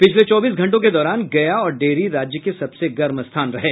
पिछले चौबीस घंटों के दौरान गया और डेहरी राज्य के सबसे गर्म स्थान रहा